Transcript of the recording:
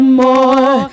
more